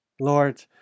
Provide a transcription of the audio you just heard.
Lord